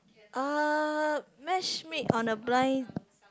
uh matchmake on a blind